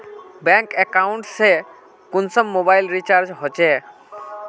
Bank account से कुंसम mobile recharge होचे?